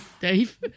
Dave